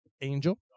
Angel